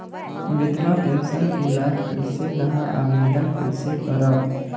विधवा पेंशन के लाभ कइसे लहां? आवेदन कइसे करव?